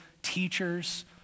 teachers